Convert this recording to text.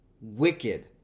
wicked